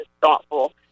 thoughtful